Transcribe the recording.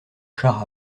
char